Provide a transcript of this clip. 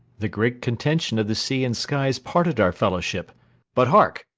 the great contention of the sea and skies parted our fellowship but, hark!